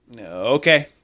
okay